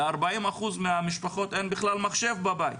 ל- 40 אחוז מהמשפחות אין בכלל מחשב בבית.